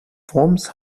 worms